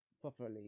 properly